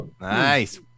Nice